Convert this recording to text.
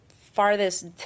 farthest